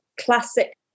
classic